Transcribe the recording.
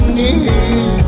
need